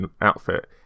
outfit